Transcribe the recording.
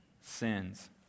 sins